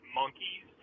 monkeys